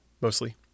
mostly